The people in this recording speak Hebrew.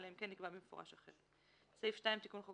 אלא אם כן נקבע במפורש אחרת." תיקון חוק